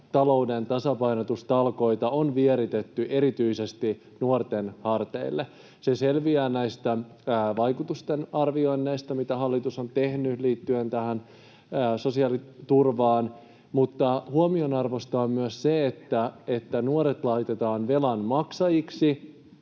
talouden tasapainotustalkoita on vieritetty erityisesti nuorten harteille. Se selviää vaikutustenarvioinneista, mitä hallitus on tehnyt liittyen sosiaaliturvaan. Huomionarvoista on myös se, että nuoret laitetaan velan maksajiksi